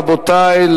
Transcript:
רבותי,